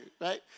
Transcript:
right